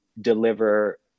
deliver